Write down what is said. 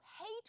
hate